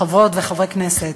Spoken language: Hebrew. חברות וחברי הכנסת,